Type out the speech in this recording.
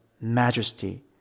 majesty